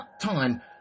time